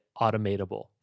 automatable